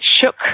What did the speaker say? shook